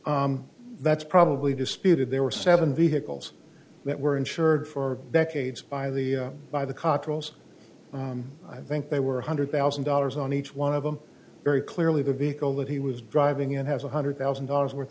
there that's probably disputed there were seven vehicles that were insured for decades by the by the cockerels i think they were one hundred thousand dollars on each one of them very clearly the vehicle that he was driving in has one hundred thousand dollars worth